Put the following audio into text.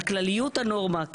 על כלליות הנורמה,